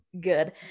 good